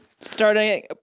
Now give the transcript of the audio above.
starting